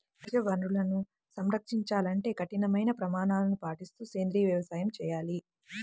సహజ వనరులను సంరక్షించాలంటే కఠినమైన ప్రమాణాలను పాటిస్తూ సేంద్రీయ వ్యవసాయం చేయాలి